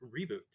Reboot